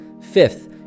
fifth